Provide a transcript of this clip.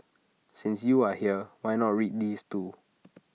since you are here why not read these too